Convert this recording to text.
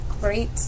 great